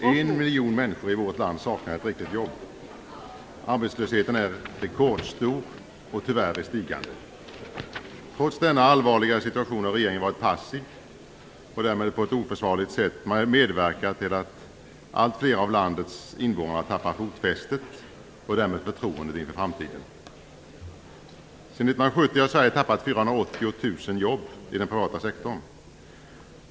Fru talman! En miljon människor i vårt land saknar ett riktigt jobb. Arbetslösheten är rekordstor och tyvärr i stigande. Trots denna allvarliga situation har regeringen varit passiv och därmed på ett oförsvarligt sätt medverkat till att alltfler av landets invånare tappar fotfästet och därmed tilltron inför framtiden. Sedan 1970 har Sverige tappat 480 000 jobb i den privata sektorn.